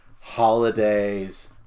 holidays